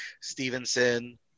Stevenson